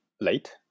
late